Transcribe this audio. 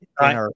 right